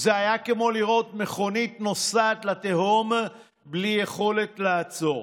זה היה כמו לראות מכונית נוסעת לתהום בלי יכולת לעצור.